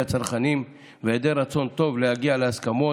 הצרכנים והיעדר רצון טוב להגיע להסכמות,